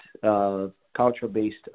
culture-based